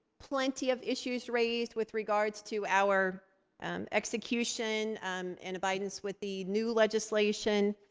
plenty of issues raised with regards to our execution and abidance with the new legislation.